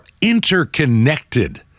interconnected